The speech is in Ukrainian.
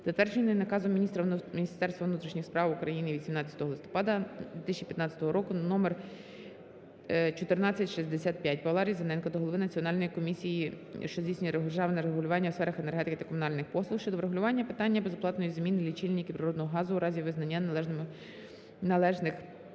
затвердженої наказом Міністерства внутрішніх справ України від 17 листопада 2015 року номер 1465. Павла Різаненка до Голови Національної комісії, що здійснює державне регулювання у сферах енергетики та комунальних послуг щодо врегулювання питання безоплатної заміни лічильників природного газу, у разі визнання належних